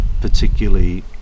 particularly